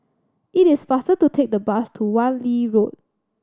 it is faster to take the bus to Wan Lee Road